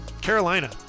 Carolina